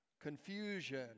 Confusion